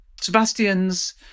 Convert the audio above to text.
Sebastian's